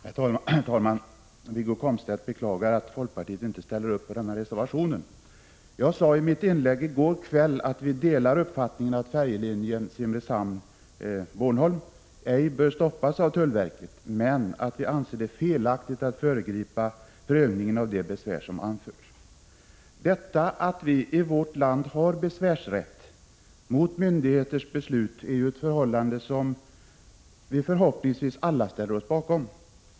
Herr talman! Wiggo Komstedt beklagade att folkpartiet inte ställt sig bakom reservation 6. Jag sade i mitt inlägg i går kväll att vi delar uppfattningen att färjeleden Simrishamn-Bornholm inte bör stoppas av tullverket, men att vi anser det felaktigt att föregripa prövningen av de besvär som anförts. Att vi i vårt land har besvärsrätt mot myndigheters beslut är ett förhållande som förhoppningsvis alla ställer sig bakom.